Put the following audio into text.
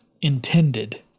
intended